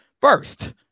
first